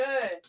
good